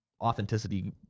authenticity